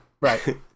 Right